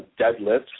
deadlifts